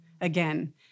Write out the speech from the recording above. again